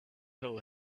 hole